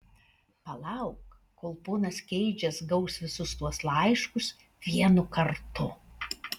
palauk kol ponas keidžas gaus visus tuos laiškus vienu kartu